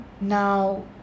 Now